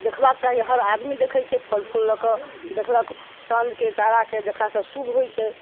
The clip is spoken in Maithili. देखबा के चाही हर आदमी देखै छै फल फूल लऽ कऽ देखलक चाँद के तारा के देखला से शुभ होइ छै